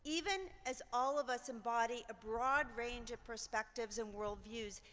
even as all of us embody a broad range of perspectives and worldviews,